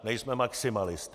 Nejsme maximalisté.